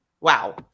Wow